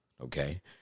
okay